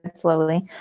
slowly